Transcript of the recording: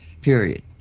period